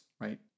right